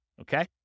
Okay